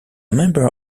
member